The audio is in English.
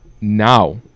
Now